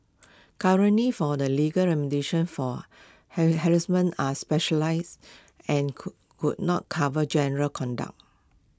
currently for the legal remediation for harassment are specialise and could could not cover general conduct